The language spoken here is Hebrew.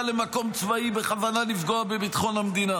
למקום צבאי בכוונה לפגוע בביטחון המדינה,